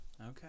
Okay